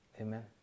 Amen